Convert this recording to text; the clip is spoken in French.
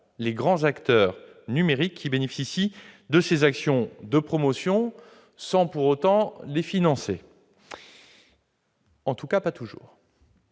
les grands acteurs numériques qui bénéficient de ses actions de promotion sans pour autant les financer- en tout cas pas toujours.